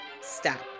stop